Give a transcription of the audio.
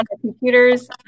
computers